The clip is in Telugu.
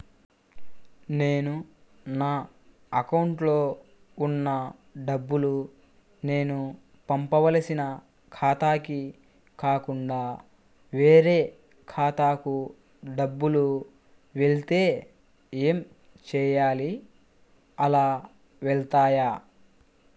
నేను నా అకౌంట్లో వున్న డబ్బులు నేను పంపవలసిన ఖాతాకి కాకుండా వేరే ఖాతాకు డబ్బులు వెళ్తే ఏంచేయాలి? అలా వెళ్తాయా?